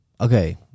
Okay